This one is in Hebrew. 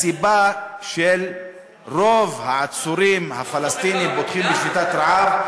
לסיבה לכך שרוב העצורים הפלסטינים שפותחים בשביתת רעב,